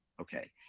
Okay